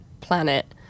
planet